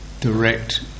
direct